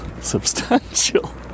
substantial